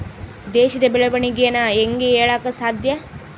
ದೇಶದ ಬೆಳೆವಣಿಗೆನ ಹೇಂಗೆ ಹೇಳಕ ಸಾಧ್ಯ?